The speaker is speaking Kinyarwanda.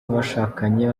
abashakanye